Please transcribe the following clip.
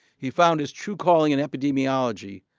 he found his true calling in epidemiology,